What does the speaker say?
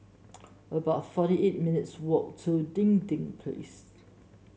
about forty eight minutes' walk to Dinding Place